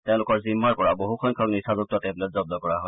তেওঁলোকৰ জিম্মাৰ পৰা বহুসংখ্যক নিচাযুক্ত টেবলেট জব্দ কৰা হয়